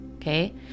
Okay